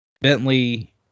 Bentley